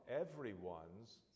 everyone's